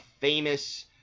famous